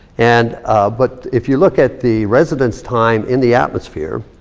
and but if you look at the residence time in the atmosphere,